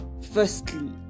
Firstly